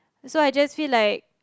so I just feel like